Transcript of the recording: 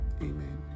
Amen